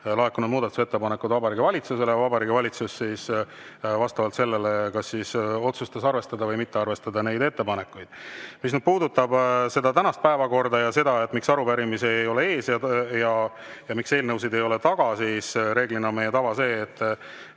laekunud muudatusettepanekud Vabariigi Valitsusele ja Vabariigi Valitsus vastavalt sellele kas siis otsustas arvestada või mitte arvestada neid ettepanekuid. Mis puudutab tänast päevakorda ja seda, miks arupärimised ei ole eespool ja miks eelnõud ei ole tagapool, siis reeglina on meie tava see, et